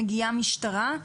מגיעה משטרה.